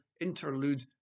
interlude